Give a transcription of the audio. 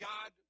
God